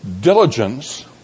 Diligence